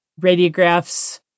Radiographs